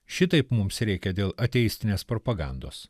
šitaip mums reikia dėl ateistinės propagandos